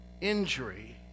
injury